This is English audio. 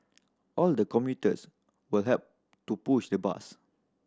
all the commuters would help to push the bus